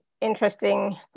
interesting